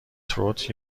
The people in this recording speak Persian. تروت